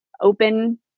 open